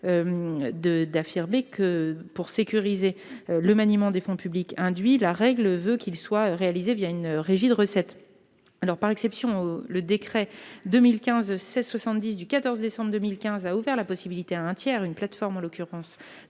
d'affirmer que, pour sécuriser le maniement de fonds publics induits, la règle veut que le financement participatif soit réalisé une régie de recettes. Par exception, le décret n° 2015-1670 du 14 décembre 2015 a ouvert la possibilité à un tiers, une plateforme en l'occurrence,